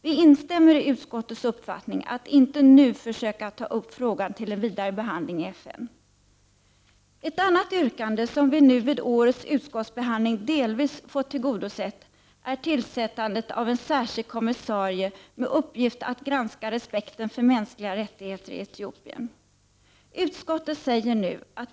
Vi instämmer i utskottets uppfattning, att inte nu försöka ta upp frågan till en vidare behandling i FN. Ett annat yrkande som vi nu vid årets utskottsbehandling delvis fått tillgodosett, är tillsättandet av en särskild kommissarie med uppgift att granska respekten för mänskliga rättigheter i Etiopien.